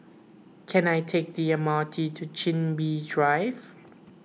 can I take the M R T to Chin Bee Drive